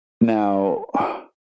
now